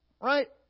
Right